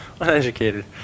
uneducated